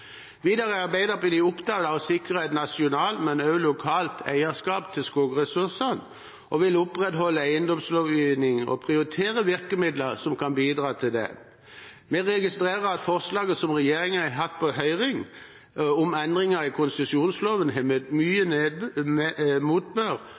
Videre er Arbeiderpartiet opptatt av å sikre et nasjonalt, men også lokalt, eierskap til skogressursene og vil opprettholde eiendomslovgivningen og prioritere virkemidler som kan bidra til det. Vi registrerer at forslaget som regjeringen har hatt på høring om endringer i konsesjonsloven, har møtt